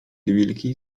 wilki